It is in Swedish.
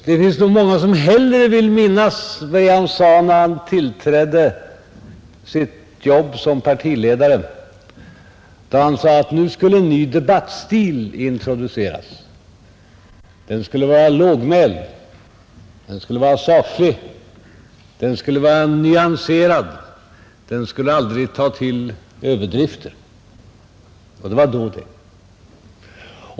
Det finns nog många som hellre vill minnas vad han sade när han tillträdde sitt jobb som partiledare, då han förklarade att nu skulle en ny debattstil introduceras, Den skulle vara lågmäld. Den skulle vara saklig. Den skulle vara nyanserad. Den skulle aldrig ta till överdrifter. — Det var då det.